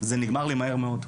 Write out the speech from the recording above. זה נגמר לי מהר מאוד.